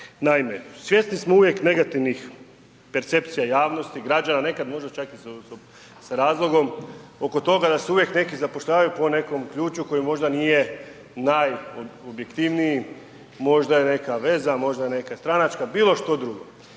Naime, svjesni smo uvijek negativnih percepcija javnosti, građana, nekad možda čak i s razlogom, oko toga da se uvijek neki zapošljavanju po nekom ključu koji možda nije najobjektivniji. Možda je neka veza, možda je neka stranačka, bilo što drugo.